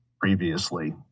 previously